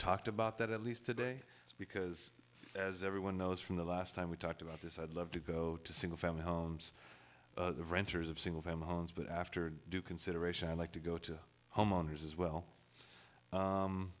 talked about that at least today because as everyone knows from the last time we talked about this i'd love to go to single family homes renters of single family homes but after due consideration i like to go to homeowners as well